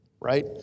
right